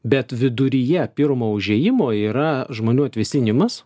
bet viduryje pirmo užėjimo yra žmonių atvėsinimas